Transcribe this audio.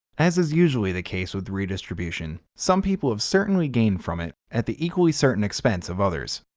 as is usually the case with redistribution, some people have certainly gained from it at the equally certain expense of others.